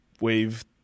wave